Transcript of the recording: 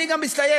אני גם מסתייג,